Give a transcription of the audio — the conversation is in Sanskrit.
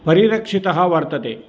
परिरक्षितः वर्तते